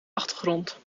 achtergrond